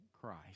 Christ